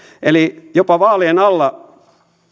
eli jopa vaalien alla